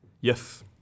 Yes